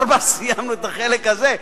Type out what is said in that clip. ב-04:00 סיימנו את החלק הזה,